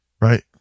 Right